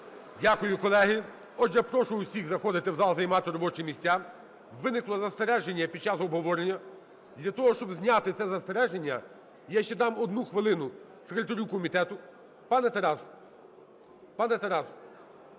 Дякую, колеги. Отже, прошу всіх заходити в зал, займати робочі місця. Виникло застереження під час обговорення. Для того, щоб зняти це застереження я ще дам одну хвилину секретарю комітету. Пане Тарасе…